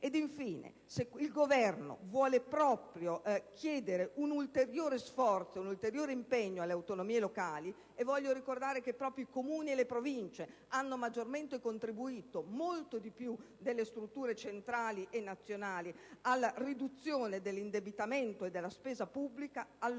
infine, se il Governo vuole proprio chiedere un ulteriore sforzo e un ulteriore impegno alle autonomie locali - voglio ricordare che proprio Comuni e Province hanno maggiormente contribuito, molto di più delle strutture centrali e nazionali, alla riduzione dell'indebitamento e della spesa pubblica -,